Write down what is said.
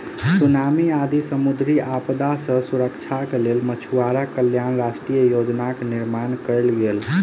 tsunami आदि समुद्री आपदा सॅ सुरक्षाक लेल मछुआरा कल्याण राष्ट्रीय योजनाक निर्माण कयल गेल